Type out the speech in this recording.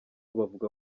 bavuga